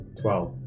twelve